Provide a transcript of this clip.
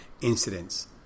incidents